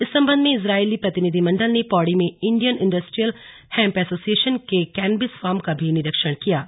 इस सम्बन्ध में इजराइली प्रतिनिधिमण्डल ने पौड़ी में इण्डियन इण्डस्ट्रियल हैम्प ऐसोसिएशन के कैनबिस फार्म का निरीक्षण भी किया है